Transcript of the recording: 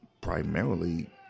primarily